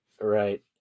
Right